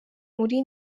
muri